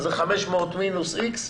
זה 500 מינוס איקס,